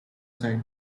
side